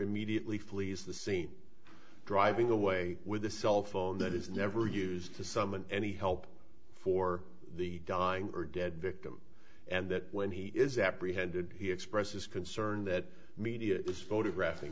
immediately flees the scene driving away with a cellphone that is never used to summon any help for the dying or dead victim and that when he is apprehended he expresses concern that media is photographing